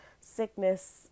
sickness